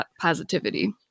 positivity